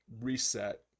reset